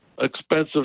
Expensive